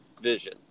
vision